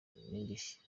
n’indishyi